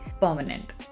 permanent